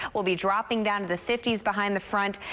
we'll be dropping down to the fifty s behind the front.